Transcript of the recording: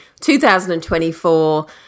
2024